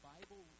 Bible